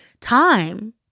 time